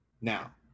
Now